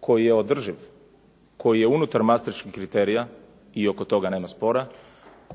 koji je održiv, koji je unutar mastrichiskih kriterija i oko toga nema spora,